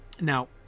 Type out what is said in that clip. Now